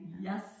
Yes